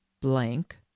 blank